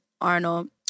Arnold